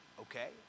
okay